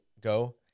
go